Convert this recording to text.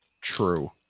True